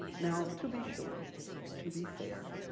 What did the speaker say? now, to be sure and to be fair,